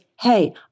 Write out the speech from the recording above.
hey